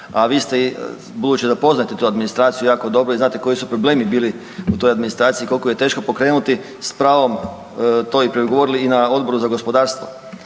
a vi ste, budući da poznate tu administraciju jako dobro i znate koji su problemi bili u toj administraciji, kolko je teško pokrenuti, s pravom to i progovorili i na Odboru za gospodarstvo